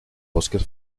bosques